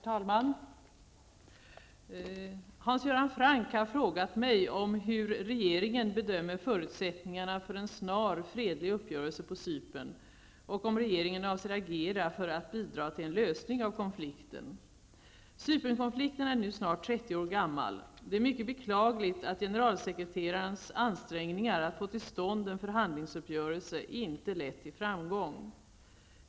Herr talman! Hans Göran Franck har frågat mig hur regeringen bedömer förutsättningarna för en snar fredlig uppgörelse på Cypern och om regeringen avser agera för att bidra till en lösning av konflikten. Cypernkonflikten är nu snart 30 år gammal. Det är mycket beklagligt att generalsekreterarnas ansträngningar att få till stånd en förhandlingsuppgörelse inte lett till framgång.